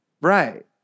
Right